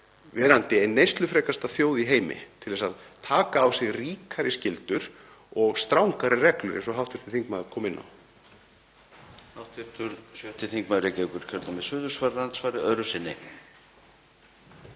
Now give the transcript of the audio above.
sem við erum neyslufrekasta þjóð í heimi, til að taka á sig ríkari skyldur og strangari reglur eins og hv. þingmaður kom inn á?